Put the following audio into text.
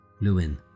Lewin